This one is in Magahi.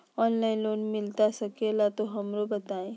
ऑनलाइन लोन मिलता सके ला तो हमरो बताई?